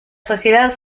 sociedad